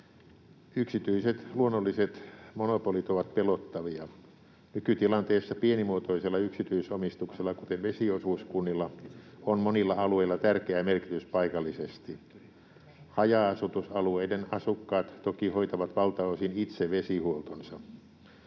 Yksityiset, luonnolliset monopolit ovat pelottavia. Nykytilanteessa pienimuotoisella yksityisomistuksella, kuten vesiosuuskunnilla, on monilla alueilla tärkeä merkitys paikallisesti. Haja-asutusalueiden asukkaat toki hoitavat valtaosin itse vesihuoltonsa.